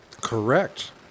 Correct